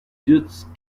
just